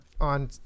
on